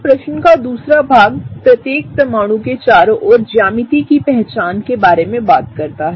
अब प्रश्न का दूसरा भाग प्रत्येक परमाणु केचारों ओरज्यामिति की पहचान के बारे में बात करता है